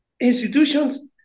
institutions